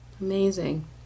amazing